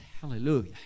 Hallelujah